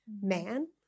man